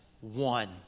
one